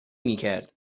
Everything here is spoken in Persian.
میکرد